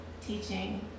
teaching